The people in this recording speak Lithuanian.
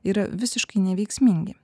yra visiškai neveiksmingi